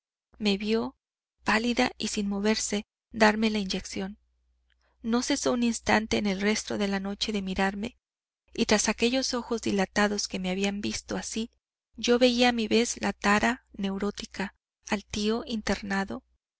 me vió pálida y sin moverse darme la inyección no cesó un instante en el resto de la noche de mirarme y tras aquellos ojos dilatados que me habían visto así yo veía a mi vez la tara neurótica al tío internado